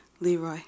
Leroy